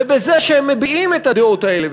ובזה שהם מביעים את הדעות האלה,